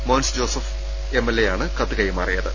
Mons Joseph M L എയാണ് കത്ത് കൈമാറിയത്